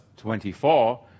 24